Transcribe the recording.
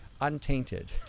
untainted